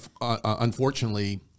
Unfortunately